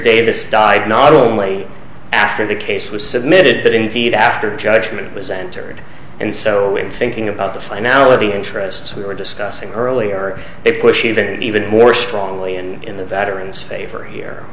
davis died not only after the case was submitted but indeed after judgment was entered and so in thinking about the finality interests we were discussing earlier they push even even more strongly and in the veterans favor here